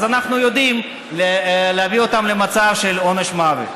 אנחנו יודעים להביא אותם למצב של עונש מוות.